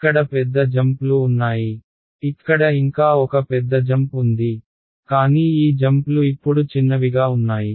ఇక్కడ పెద్ద జంప్లు ఉన్నాయి ఇక్కడ ఇంకా ఒక పెద్ద జంప్ ఉంది కానీ ఈ జంప్లు ఇప్పుడు చిన్నవిగా ఉన్నాయి